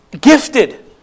Gifted